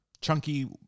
chunky